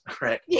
right